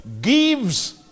gives